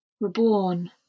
Reborn